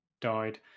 died